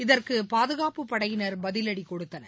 இதற்குபாதுகாப்புப் படையினர் பதிலடிகொடுத்தனர்